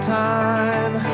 time